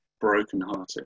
brokenhearted